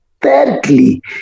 Thirdly